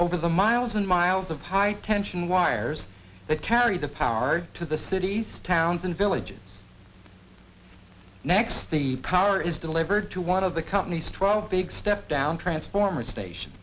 over the miles and miles of high tension wires that carry the power to the cities towns and villages next the power is delivered to one of the company's twelve big step down transformer station